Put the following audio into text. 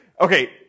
Okay